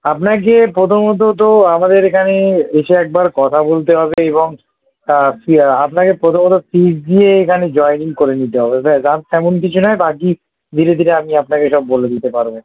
আপনাকে প্রথমত তো আমাদের এখানে এসে একবার কথা বলতে হবে এবং ফি আপনাকে প্রথমত ফিস দিয়ে এখানে জয়েনিং করে নিতে হবে ব্যাস আর তেমন কিছু নয় বাকি ধীরে ধীরে আমি আপনাকে সব বলে দিতে পারবো